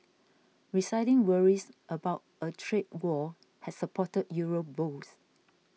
receding worries about a trade war had supported Euro bulls